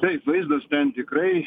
taip vaizdas ten tikrai